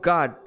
God